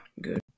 good